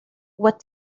what